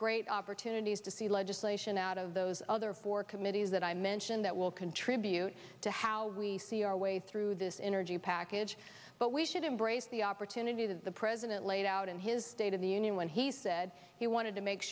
great opportunities to see legislation out of those other four committees that i mentioned that will contribute to how we see our way through this energy package but we should embrace the opportunity that the president laid out in his state of the union when he said he wanted to make